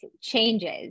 changes